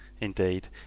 Indeed